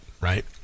right